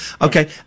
Okay